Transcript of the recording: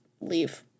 leave